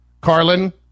Carlin